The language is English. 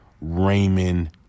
Raymond